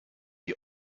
die